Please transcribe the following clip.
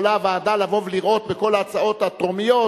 יכולה הוועדה לראות בכל ההצעות הטרומיות